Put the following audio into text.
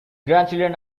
grandchildren